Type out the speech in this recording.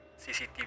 CCTV